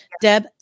Deb